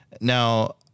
Now